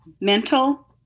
mental